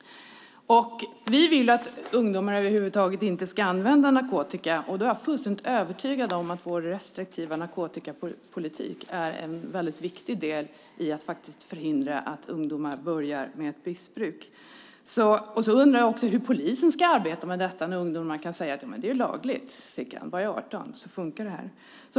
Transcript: Vi vill att ungdomar över huvud taget inte ska använda narkotika. Jag är fullständigt övertygad om att vår restriktiva narkotikapolitik är en väldigt viktig del i att förhindra att ungdomar går in i ett missbruk. Jag undrar också hur polisen ska arbeta med detta när ungdomar kan säga: Det är lagligt. Bara jag är 18 fungerar det.